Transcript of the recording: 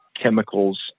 chemicals